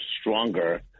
stronger